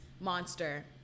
Monster